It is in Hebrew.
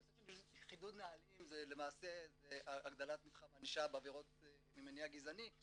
נושא של חידוד נהלים למעשה זה הגדלת מתחם הענישה בעבירות ממניע גזעני,